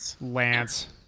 Lance